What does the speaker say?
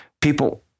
people